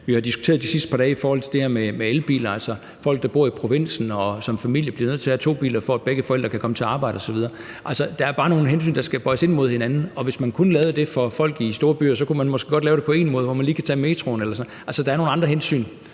vi har diskuteret de sidste par dage, tage hensyn til, at der er folk, der bor i provinsen og som familie bliver nødt til at have to biler, for at begge forældre kan komme på arbejde osv. Der er bare nogle hensyn, der skal bøjes ind mod hinanden. Hvis man kun lavede det for folk i de store byer, kunne man måske godt lave det på én måde, for de kan lige tage metroen eller sådan noget, men der skal tages nogle andre hensyn,